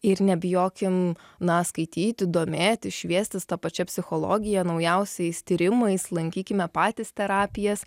ir nebijokim na skaityti domėtis šviestis ta pačia psichologija naujausiais tyrimais lankykime patys terapijas